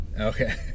Okay